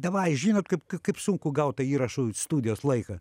davai žinot kaip kaip sunku gau tą įrašų studijos laiką